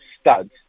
studs